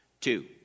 Two